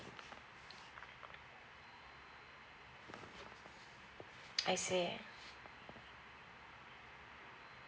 I see